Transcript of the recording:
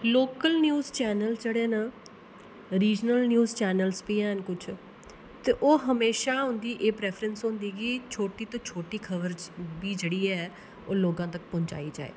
local news channels जेह्ड़े न regionals news channels बी हैन कुछ ते ओह् हमेशा उं'दी एह् प्रैफरेंस होंदी कि छोटी तो छोटी खबर बी जेह्ड़ी ऐ ओह् लोकां तक पहुंचाई जाए